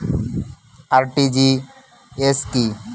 RTGS কি?